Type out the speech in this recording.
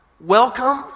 welcome